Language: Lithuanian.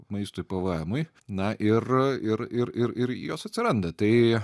maistui pvm na ir ir ir ir ir jos atsiranda tai